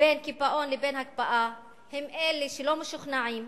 בין קיפאון לבין הקפאה, הם אלה שלא משוכנעים,